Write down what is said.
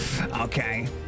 Okay